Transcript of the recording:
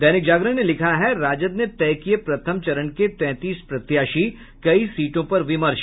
दैनिक जागरण ने लिखा है राजद ने तय किये प्रथम चरण के तैंतीस प्रत्याशी कई सीटों पर विमर्श